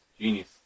Genius